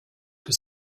que